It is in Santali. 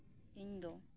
ᱤᱧᱫᱚ